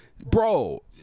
Bro